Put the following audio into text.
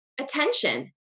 attention